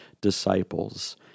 disciples